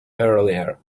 earlier